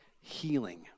healing